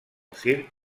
circ